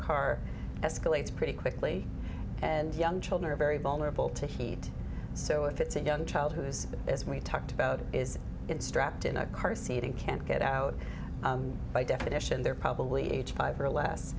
car escalates pretty quickly and young children are very vulnerable to heat so if it's a young child who's as we talked is it strapped in a car seat and can't get out by definition they're probably age five or less